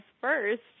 first